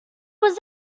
was